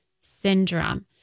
syndrome